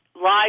live